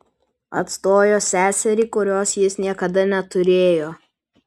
atstojo seserį kurios jis niekada neturėjo